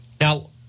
Now